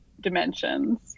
dimensions